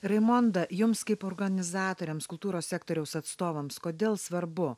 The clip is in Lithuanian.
raimonda jums kaip organizatoriams kultūros sektoriaus atstovams kodėl svarbu